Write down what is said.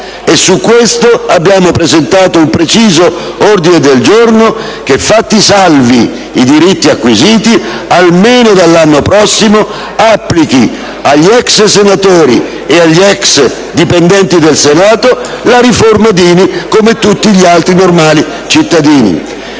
E su questo abbiamo presentato un preciso ordine del giorno tendente a far sì che, fatti salvi i diritti acquisiti, almeno dall'anno prossimo si applichi agli ex senatori e agli ex dipendenti del Senato la riforma Dini, come per tutti gli altri normali cittadini.